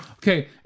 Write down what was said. Okay